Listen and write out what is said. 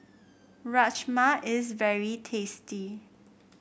Rajma is very tasty